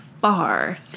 far